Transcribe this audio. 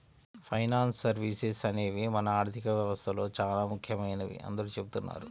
finance services అనేవి మన ఆర్థిక వ్యవస్థలో చానా ముఖ్యమైనవని అందరూ చెబుతున్నారు